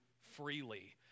freely